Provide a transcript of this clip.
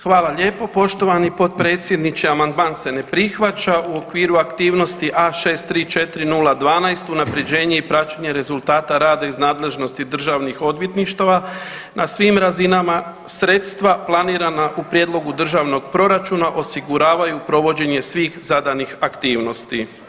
Hvala lijepo poštovani potpredsjedniče, amandman se ne prihvaća u okviru aktivnosti A634012 Unapređenje i praćenje rezultata rada iz nadležnosti državnih odvjetništava na svim razinama, sredstva planirana u prijedlogu Državnog proračuna osiguravanju provođenje svih zadanih aktivnosti.